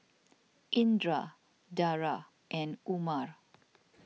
Indra Dara and Umar